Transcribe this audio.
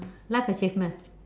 life achievement